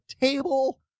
table